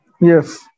Yes